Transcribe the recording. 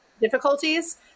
difficulties